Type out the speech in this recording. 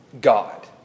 God